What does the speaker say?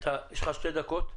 יש לך שתי דקות,